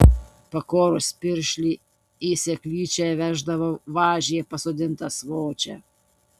pakorus piršlį į seklyčią įveždavo važyje pasodintą svočią